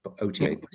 OTA